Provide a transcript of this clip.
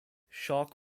shark